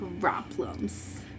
problems